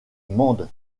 mende